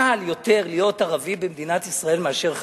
קל יותר להיות ערבי במדינת ישראל מאשר חרדי.